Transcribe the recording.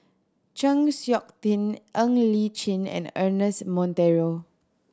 Chng Seok Tin Ng Li Chin and Ernest Monteiro